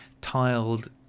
tiled